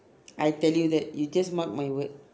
I tell you that you just mark my word